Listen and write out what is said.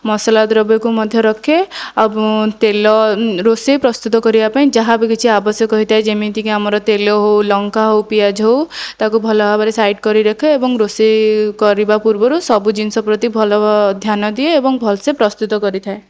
ମସଲା ଦ୍ରବ୍ୟକୁ ମଧ୍ୟ ରଖେ ଆଉ ତେଲ ରୋଷେଇ ପ୍ରସ୍ତୁତ କରିବା ପାଇଁ ଯାହା ବି କିଛି ଆବଶ୍ୟକ ହୋଇଥାଏ ଯେମିତିକି ଆମର ତେଲ ହେଉ ଲଙ୍କା ହେଉ ପିଆଜ ହେଉ ତାକୁ ଭଲ ଭାବରେ ସାଇଡ୍ କରି ରଖେ ଏବଂ ରୋଷେଇ କରିବା ପୂର୍ବରୁ ସବୁ ଜିନିଷ ପ୍ରତି ଭଲ ଧ୍ୟାନ ଦିଏ ଏବଂ ଭଲସେ ପ୍ରସ୍ତୁତ କରିଥାଏ